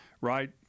right